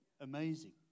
amazing